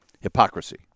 hypocrisy